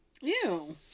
Ew